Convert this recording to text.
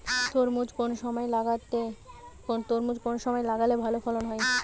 তরমুজ কোন সময় লাগালে ভালো ফলন হয়?